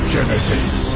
Genesis